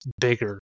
bigger